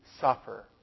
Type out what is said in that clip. suffer